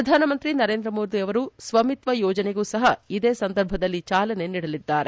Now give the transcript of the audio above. ಪ್ರಧಾನಮಂತ್ರಿ ನರೇಂದ್ರ ಮೋದಿ ಅವರು ಸ್ವಮಿತ್ವ ಯೋಜನೆಗೂ ಸಹ ಇದೇ ಸಂದರ್ಭದಲ್ಲಿ ಚಾಲನೆ ನೀಡಲಿದ್ದಾರೆ